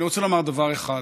אני רוצה לומר דבר אחד: